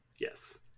Yes